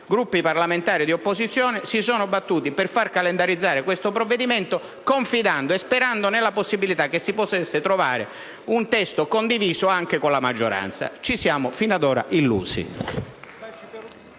Gruppi parlamentari e dell'opposizione, si sono battuti per far calendarizzare questo provvedimento, confidando e sperando nella possibilità di trovare un testo condiviso anche con la maggioranza: fino ad ora ci